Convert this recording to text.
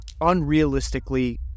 unrealistically